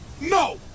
No